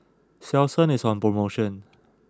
Selsun is on promotion